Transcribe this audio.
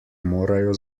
morajo